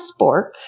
spork